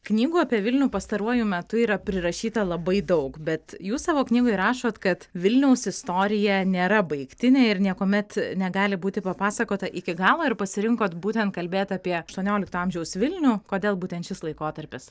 knygų apie vilnių pastaruoju metu yra prirašyta labai daug bet jūs savo knygoj rašote kad vilniaus istorija nėra baigtinė ir niekuomet negali būti papasakota iki galo ir pasirinkot būtent kalbėti apie aštuoniolikto amžiaus vilnių kodėl būtent šis laikotarpis